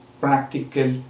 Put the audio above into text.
Practical